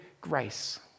grace